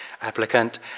applicant